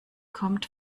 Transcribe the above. kommt